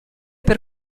per